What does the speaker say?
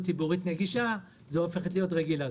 ציבורית נגישה היא הופכת להיות רגילה.